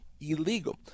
illegal